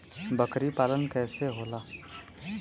बकरी पालन कैसे होला?